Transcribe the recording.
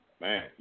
man